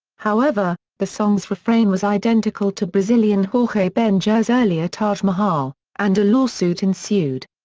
however, the song's refrain was identical to brazilian jorge ben jor's earlier taj mahal and a lawsuit ensued.